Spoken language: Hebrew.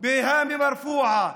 בקומה זקופה,